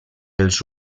els